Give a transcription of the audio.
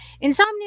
Insomnia